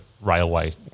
railway